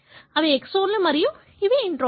ఇవి ఎక్సోన్లు మరియు ఇవి ఇంట్రాన్లు